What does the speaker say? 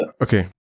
okay